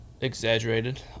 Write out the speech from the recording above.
exaggerated